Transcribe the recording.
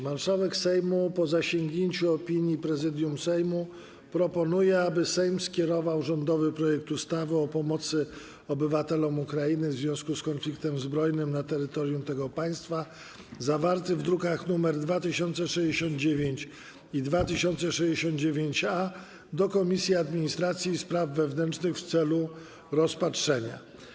Marszałek Sejmu, po zasięgnięciu opinii Prezydium Sejmu, proponuje, aby Sejm skierował rządowy projekt ustawy o pomocy obywatelom Ukrainy w związku z konfliktem zbrojnym na terytorium tego państwa, zawarty w drukach nr 2069 i 2069-A, do Komisji Administracji i Spraw Wewnętrznych w celu rozpatrzenia.